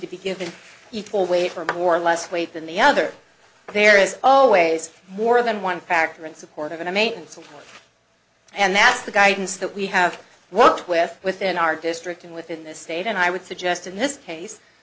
to be given equal weight for more or less weight than the other there is always more than one factor in support of a maintenance and that's the guidance that we have worked with within our district and within the state and i would suggest in this case